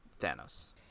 Thanos